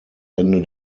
ende